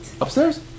upstairs